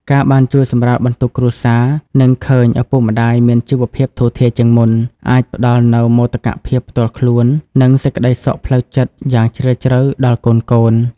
ការបានជួយសម្រាលបន្ទុកគ្រួសារ និងឃើញឪពុកម្ដាយមានជីវភាពធូរធារជាងមុន អាចផ្ដល់នូវមោទកភាពផ្ទាល់ខ្លួន និងសេចក្ដីសុខផ្លូវចិត្តយ៉ាងជ្រាលជ្រៅដល់កូនៗ។